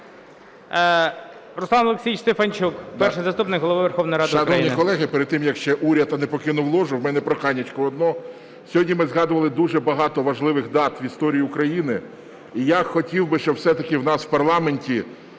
Руслан Олексійович Стефанчук, Перший заступник Голови Верховної Ради України.